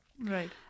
Right